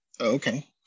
okay